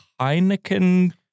Heineken